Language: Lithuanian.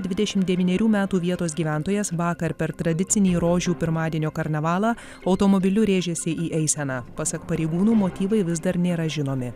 dvidešim devynerių metų vietos gyventojas vakar per tradicinį rožių pirmadienio karnavalą automobiliu rėžėsi į eiseną pasak pareigūnų motyvai vis dar nėra žinomi